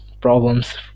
problems